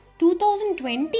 2020